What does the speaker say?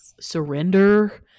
surrender